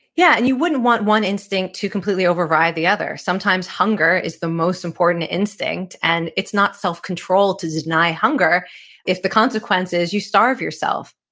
yeah. and you wouldn't want one instinct to completely override the other. sometimes hunger is the most important instinct and it's not self-control to deny hunger if the consequence is you starve yourself.